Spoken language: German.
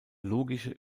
logische